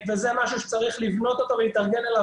וזה משהו שצריך לבנות ולהתארגן אליו.